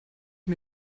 mir